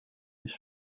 his